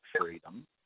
freedom